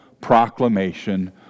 proclamation